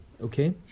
okay